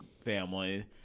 family